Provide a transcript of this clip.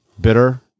bitter